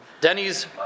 Denny's